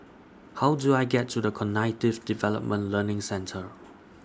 How Do I get to The Cognitive Development Learning Centre